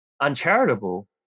uncharitable